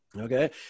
Okay